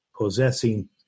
possessing